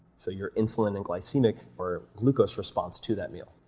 so your insulin and glycemic or glucose responds to that meal.